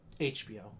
HBO